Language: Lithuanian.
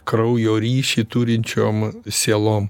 kraujo ryšį turinčiom sielom